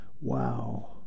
Wow